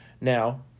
Now